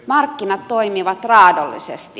markkinat toimivat raadollisesti